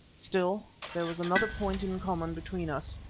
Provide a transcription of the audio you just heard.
still, there was another point in common between us.